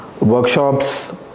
Workshops